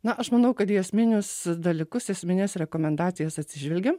na aš manau kad į esminius dalykus esmines rekomendacijas atsižvelgėm